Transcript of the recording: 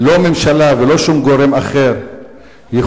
לא ממשלה ולא שום גורם אחר יכולים